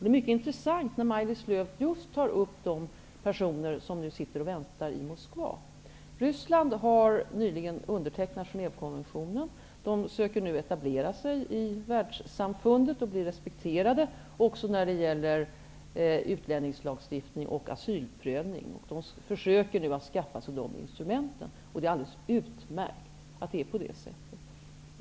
Det är intressant att Maj-Lis Lööw tar upp just de personer som för närvarande sitter och väntar i Moskva. Ryssland har nyligen undertecknat Genèvekonventionen och försöker nu etablera sig i världssamfundet och bli respekterat också när det gäller utlänningslagstiftning och asylprövning. Att ryssarna nu försöker att skaffa sig de instrumenten är alldeles utmärkt.